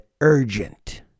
urgent